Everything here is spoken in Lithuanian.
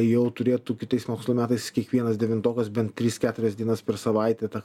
jau turėtų kitais mokslo metais kiekvienas devintokas bent tris keturias dienas per savaitę ta